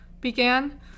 began